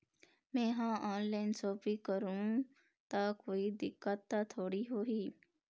मैं हर online shopping करू ता कोई दिक्कत त थोड़ी होही?